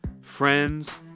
friends